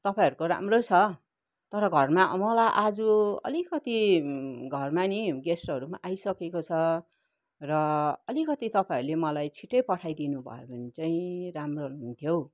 तपाईँहरूको राम्रो छ तर घरमा मलाई आज अलिकति घरमा नि गेस्टहरू पनि आइसकेको छ र अलिकति तपाईँहरूले मलाई छिटै पठाइदिनु भयो भने चाहिँ राम्रो हुन्थ्यो हौ